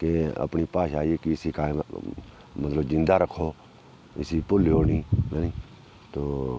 ते अपनी भाशा जेह्की इसी कायम मतलब जींदा रक्खो इसी भुल्लेओ नेईं हैनी तो